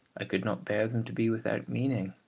i could not bear them to be without meaning.